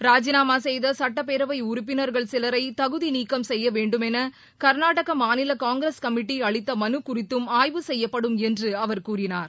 ராஜினாமாசெய்தசட்டப்பேரவைஉறுப்பினர்கள் சிலரைதகுதிநீக்கம் செய்யவேண்டுமெனகாநாடகமாநிலகாங்கிரஸ் கமிட்டிஅளித்தமனுகுறித்தும் ஆய்வு செய்யப்படும் என்றும் அவர் கூறினார்